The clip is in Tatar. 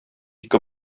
ике